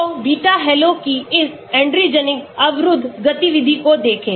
तो beta halo की इस एड्रेनर्जिक अवरुद्ध गतिविधि को देखें